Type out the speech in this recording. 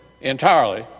entirely